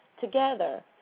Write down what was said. together